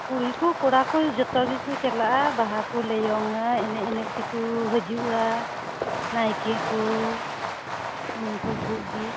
ᱠᱩᱲᱤ ᱠᱚ ᱠᱚᱲᱟ ᱠᱚ ᱡᱚᱛᱚ ᱜᱮᱠᱚ ᱪᱟᱞᱟᱜᱼᱟ ᱵᱟᱦᱟ ᱠᱚ ᱞᱮᱭᱚᱝ ᱟ ᱮᱱᱮᱡ ᱮᱱᱮᱡ ᱛᱮᱠᱚ ᱦᱤᱡᱩᱜᱼᱟ ᱱᱟᱭᱠᱮ ᱠᱚ ᱩᱱᱠᱩ ᱠᱚᱜᱮ